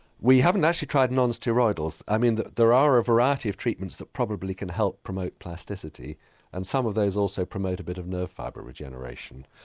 we haven't actually tried non-steroidals, i mean there are a variety of treatments that probably can help promote plasticity and some of those also promote a bit of nerve fibre regeneration.